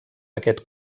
aquest